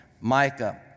Micah